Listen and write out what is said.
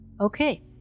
Okay